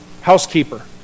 housekeeper